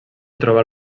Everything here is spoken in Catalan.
trobar